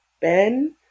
Ben